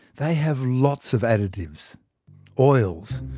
they have lots of additives oils,